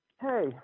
Hey